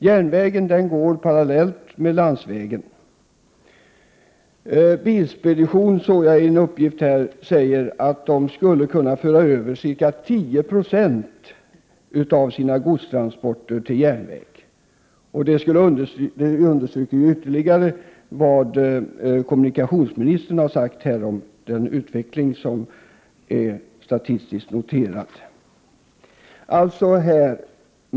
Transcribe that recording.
Järnvägen går parallellt med landsvägen. Bilspedition AB säger att man skulle kunna föra över ca 10 960 av sina godstransporter till järnväg. Det understryker ytterligare vad kommunikationsministern har sagt om den utveckling som är statistiskt noterad.